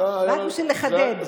רק בשביל לחדד,